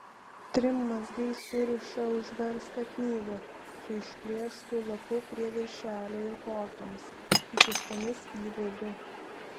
trim mazgais suriša užverstą knygą su išplėštu lapu prie viršelio ir kortomis įkištomis į vidų